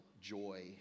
joy